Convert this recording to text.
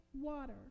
water